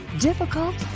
difficult